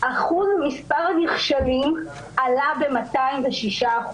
אחוז הנכשלים עלה ב-206%.